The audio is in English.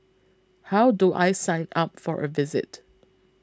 how do I sign up for a visit